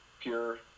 pure